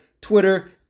Twitter